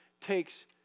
takes